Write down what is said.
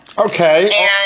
okay